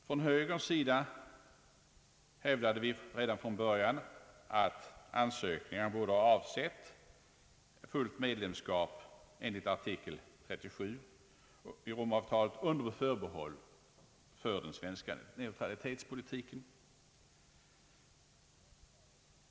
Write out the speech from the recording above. Från högerns sida hävdade vi redan från början att ansökningen borde ha avsett fullt medlemskap enligt artikel 37 i Romavtalet under förbehåll för den svenska neutralitetspolitiken.